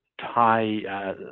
Thai